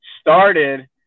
started